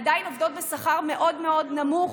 עדיין עובדות בשכר מאוד מאוד נמוך,